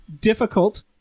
difficult